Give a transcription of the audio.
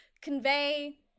convey